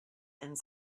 and